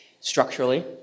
structurally